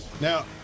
Now